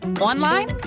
online